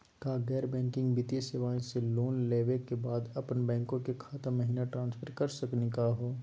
का गैर बैंकिंग वित्तीय सेवाएं स लोन लेवै के बाद अपन बैंको के खाता महिना ट्रांसफर कर सकनी का हो?